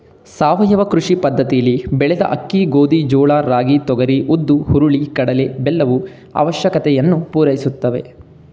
ಸಾವಯವ ಕೃಷಿ ಪದ್ದತಿಲಿ ಬೆಳೆದ ಅಕ್ಕಿ ಗೋಧಿ ಜೋಳ ರಾಗಿ ತೊಗರಿ ಉದ್ದು ಹುರುಳಿ ಕಡಲೆ ಬೆಲ್ಲವು ಅವಶ್ಯಕತೆಯನ್ನು ಪೂರೈಸುತ್ತದೆ